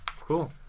Cool